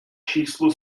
číslu